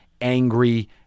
angry